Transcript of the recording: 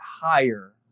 higher